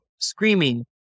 screaming